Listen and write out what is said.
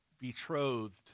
betrothed